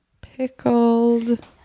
Pickled